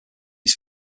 his